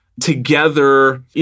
together